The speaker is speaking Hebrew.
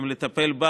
אם נטפל בה,